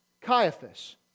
Caiaphas